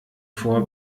vor